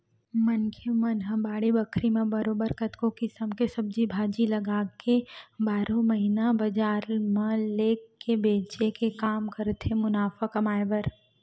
मनखे मन ह बाड़ी बखरी म बरोबर कतको किसम के सब्जी भाजी लगाके बारहो महिना बजार म लेग के बेंचे के काम करथे मुनाफा कमाए बर